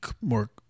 more